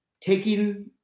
taking